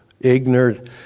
ignorant